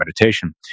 meditation